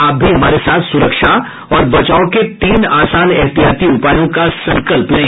आप भी हमारे साथ सुरक्षा और बचाव के तीन आसान एहतियाती उपायों का संकल्प लें